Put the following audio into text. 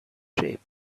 shape